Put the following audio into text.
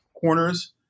corners